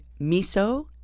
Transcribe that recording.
miso